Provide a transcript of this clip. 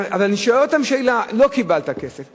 אבל אני שואל אותם שאלה: לא קיבלת כסף,